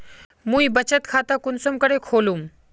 मुई बचत खता कुंसम करे खोलुम?